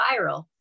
viral